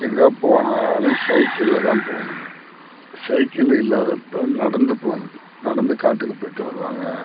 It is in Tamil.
எங்கே போனாலும் சைக்கிளில் தான் போவணும் சைக்கிள் இல்லாதப்போ நடந்து போகணும் நடந்து காட்டுக்கு போய்ட்டு வருவாங்க